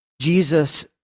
Jesus